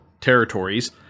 territories